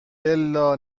بلا